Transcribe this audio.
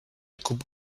coupe